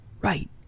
right